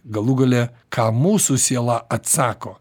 galų gale ką mūsų siela atsako